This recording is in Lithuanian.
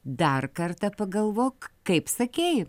dar kartą pagalvok kaip sakei